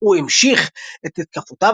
הוא המשיך את התקפותיו,